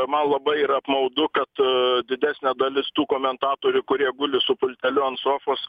man labai yra apmaudu kad didesnė dalis tų komentatorių kurie guli su pulteliu ant sofos